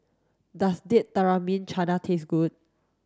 Does Date Tamarind Chutney taste good